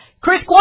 Chris